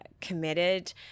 committed